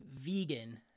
vegan